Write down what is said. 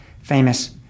famous